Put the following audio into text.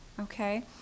okay